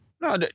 No